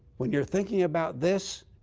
when you're thinking about this,